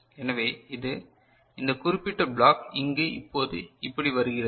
எனவே இது இந்த குறிப்பிட்ட பிளாக் இங்கு இப்போது இப்படி வருகிறது